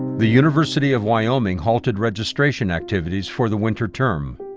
the university of wyoming halted registration activities for the winter term.